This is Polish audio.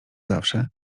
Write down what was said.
zawsze